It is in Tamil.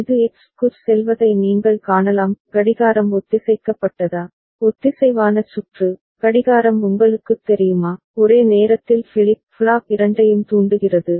இது எக்ஸ் க்குச் செல்வதை நீங்கள் காணலாம் கடிகாரம் ஒத்திசைக்கப்பட்டதா ஒத்திசைவான சுற்று கடிகாரம் உங்களுக்குத் தெரியுமா ஒரே நேரத்தில் ஃபிளிப் ஃப்ளாப் இரண்டையும் தூண்டுகிறது